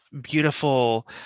beautiful